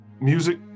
music